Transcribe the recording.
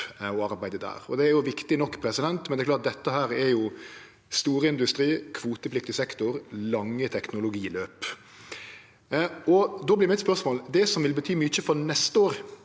Det er viktig nok, men det er klart at dette er storindustri, kvotepliktig sektor, lange teknologiløp. Då vert mitt spørsmål: Det som vil bety mykje for neste år,